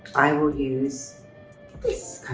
i will use this